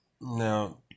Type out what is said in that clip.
Now